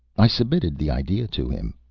i submitted the idea to him.